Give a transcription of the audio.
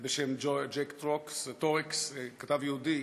בשם ג'ק טורקס, כתב יהודי,